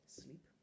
sleep